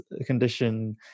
condition